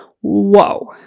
whoa